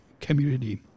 community